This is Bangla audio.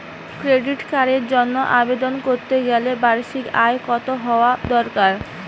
ক্রেডিট কার্ডের জন্য আবেদন করতে গেলে বার্ষিক আয় কত হওয়া দরকার?